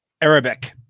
Arabic